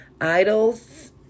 Idols